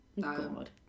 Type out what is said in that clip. God